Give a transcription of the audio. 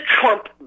Trump